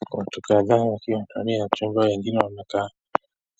Ni watu kadhaa Wakiwa ndani ya chumba wengine wamekaa